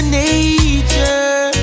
nature